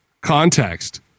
context